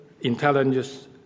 intelligence